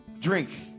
Drink